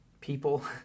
people